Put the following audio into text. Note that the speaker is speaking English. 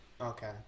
Okay